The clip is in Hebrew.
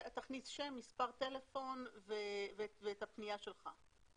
תכניס שם, מספר טלפון ואת הפנייה שלך.